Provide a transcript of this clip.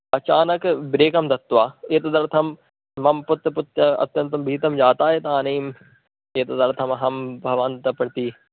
अचानक ब्रेकं दत्त्वा एतदर्थं मम पुत्रपुत्र्यः अत्यन्तं भीतं जाताः इदानीम् एतदर्थमहं भवन्तं प्रति